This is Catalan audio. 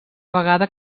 vegada